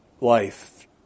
life